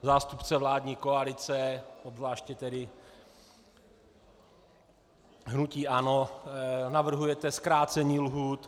Zástupce vládní koalice, obzvláště tedy hnutí ANO, navrhujete zkrácení lhůt.